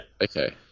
okay